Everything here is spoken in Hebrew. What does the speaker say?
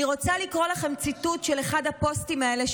אני רוצה לקרוא לכם ציטוט של אחד הפוסטים האלה,